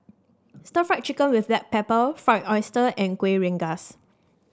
Stir Fried Chicken with Black Pepper Fried Oyster and Kuih Rengas